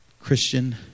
Christian